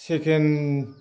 second